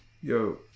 Yo